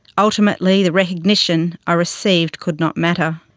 ultimately, the recognition i received could not matter.